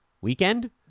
Weekend